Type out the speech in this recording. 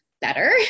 better